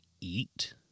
eat